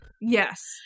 yes